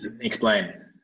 explain